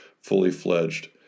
fully-fledged